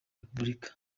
repubulika